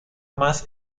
más